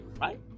right